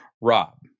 rob